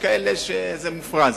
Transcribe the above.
ויש כאלה שזה מופרז.